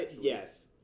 Yes